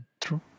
True